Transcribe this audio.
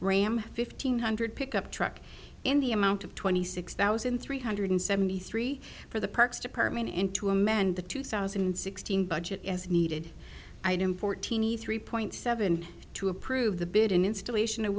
ram fifteen hundred pickup truck in the amount of twenty six thousand three hundred seventy three for the parks department and to amend the two thousand and sixteen budget as needed fourteen e three point seven to approve the bid and installation of